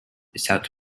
south